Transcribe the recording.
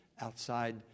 outside